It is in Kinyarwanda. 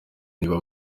niba